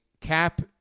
Cap